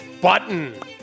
button